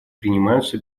принимаются